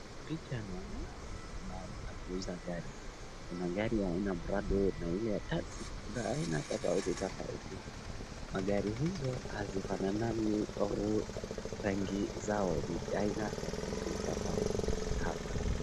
Picha naona ni mahali pa kuuza gari, kuna gari ya aina prado na ile ya taksi, kuna aina tofautitofauti, magari hizo hazifananangi rangi zao ni za aina tofautitofauti hapa.